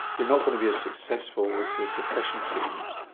you're not going to be as successful with your depression treatment,